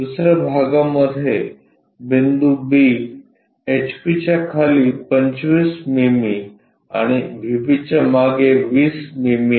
दुसऱ्या भागामध्ये बिंदू B एचपीच्या खाली 25 मिमी आणि व्हीपीच्या मागे 20 मिमी